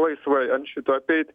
laisvai ant šito apeit